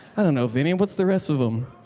i don't know, vinny, what's the rest of them?